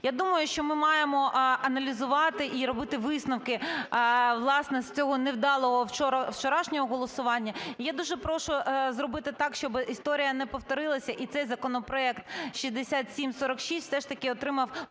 Я думаю, що ми маємо аналізувати і робити висновки, власне, з цього невдалого вчорашнього голосування. Я дуже прошу зробити так, щоби історія не повторилася і цей законопроект 6746 все ж таки отримав